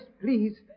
please